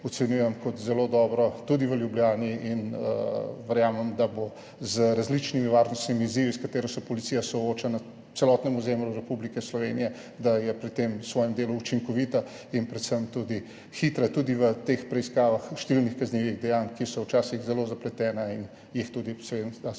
ocenjujem kot zelo dobro, tudi v Ljubljani, in verjamem, da bo pri različnih varnostnih izzivih, s katerimi se policija sooča na celotnem ozemlju Republike Slovenije, in pri tem svojem delu učinkovita in predvsem hitra, tudi v teh preiskavah številnih kaznivih dejanj, ki so včasih zelo zapletena in jih tudi slovenska